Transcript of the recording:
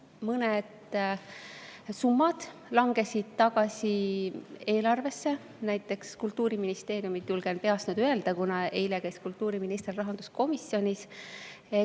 mõned summad langesid tagasi eelarvesse, näiteks Kultuuriministeeriumilt. Julgen peast nüüd öelda, kuna eile käis kultuuriminister rahanduskomisjonis,